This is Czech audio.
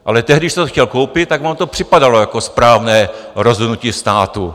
Ale tehdy, když jste to chtěl koupit, tak vám to připadalo jako správné rozhodnutí státu.